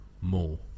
more